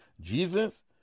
Jesus